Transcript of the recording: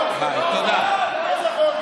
אלעזר,